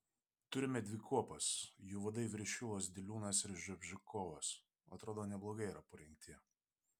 turime dvi kuopas jų vadai viršilos diliūnas ir ževžikovas atrodo neblogai yra parengti